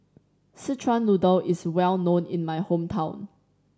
Szechuan Noodle is well known in my hometown